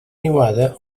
niuada